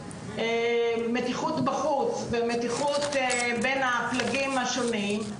מתיחות בחוץ ומתיחות בין הפלגים השונים,